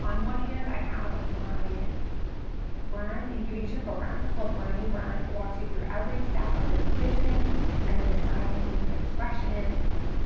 on one hand, i have my brand incubation program, it's called brand new brand. it walks you through every step of this visioning and then deciding what the new expression is